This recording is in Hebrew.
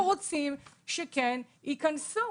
-- אנחנו רוצים שכן ייכנסו.